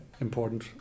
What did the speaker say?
important